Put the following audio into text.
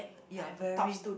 you are very